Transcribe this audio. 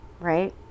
right